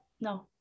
No